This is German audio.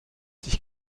sich